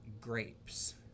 grapes